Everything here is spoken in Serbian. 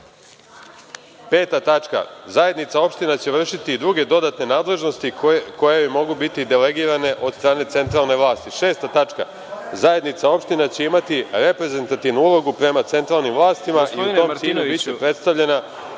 tačka – Zajednica opština će vršiti i druge dodatne nadležnosti koje mogu biti delegirane od strane centralne vlasti. Šesta tačka – Zajednica opština će imati reprezentativnu ulogu prema centralnim vlastima i biće predstavljena